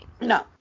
No